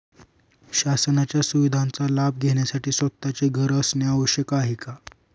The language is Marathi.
शासनाच्या सुविधांचा लाभ घेण्यासाठी स्वतःचे घर असणे आवश्यक आहे का?